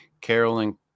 Carolyn